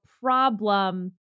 problem